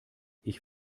ich